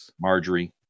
Marjorie